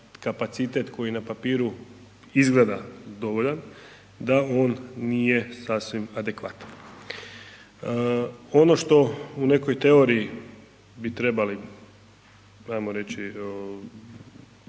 kapacitet koji je na papiru izgleda dovoljan da on nije sasvim adekvatan. Ono što u nekoj teoriji bi trebali ajmo reći